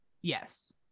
Yes